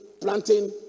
planting